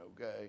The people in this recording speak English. okay